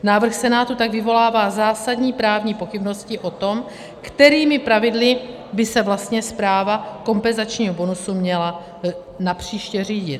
Návrh Senátu tak vyvolává zásadní právní pochybnosti o tom, kterými pravidly by se vlastně správa kompenzačního bonusu měla napříště řídit.